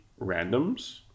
randoms